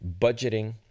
budgeting